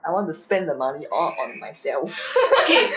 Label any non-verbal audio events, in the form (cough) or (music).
I want to spend the money all on myself (laughs)